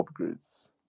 upgrades